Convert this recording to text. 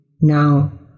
Now